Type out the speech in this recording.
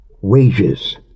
wages